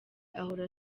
ahora